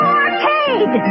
arcade